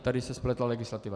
Tady se spletla legislativa.